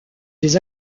des